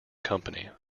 company